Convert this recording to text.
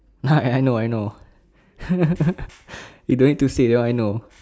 ha I know I know you don't need to say that one I know